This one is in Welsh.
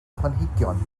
planhigion